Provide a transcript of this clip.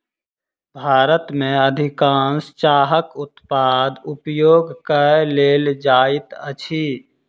भारत में अधिकाँश चाहक उत्पाद उपयोग कय लेल जाइत अछि